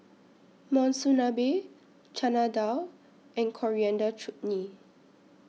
Monsunabe Chana Dal and Coriander Chutney